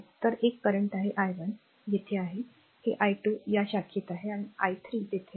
तर एक करंट आहे i 1 तेथे आहे हे i2 या शाखेत आहे आणि I i 3 तेथे आहे